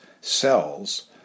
cells